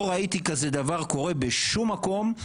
לא ראיתי כזה דבר קורה בשום מקום.